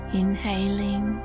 inhaling